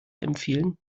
empfehlen